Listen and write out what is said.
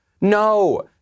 No